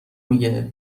میگه